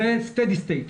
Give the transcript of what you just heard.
זה steady state.